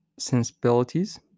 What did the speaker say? sensibilities